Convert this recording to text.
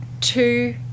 two